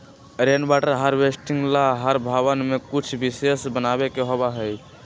rain water harvesting ला हर भवन में कुछ विशेष बनावे के होबा हई